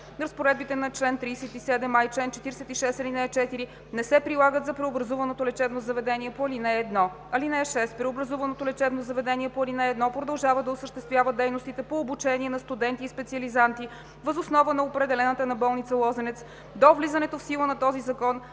Разпоредбите на чл. 37а и чл. 46, ал. 4 не се прилагат за преобразуваното лечебно заведение по ал. 1. (6) Преобразуваното лечебно заведение по ал. 1 продължава да осъществява дейностите по обучение на студенти и специализанти въз основа на определената на болница „Лозенец“ до влизането в сила на този закон